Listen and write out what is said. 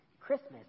Christmas